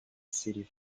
city